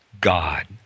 God